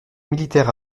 militaires